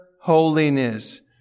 holiness